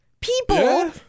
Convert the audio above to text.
people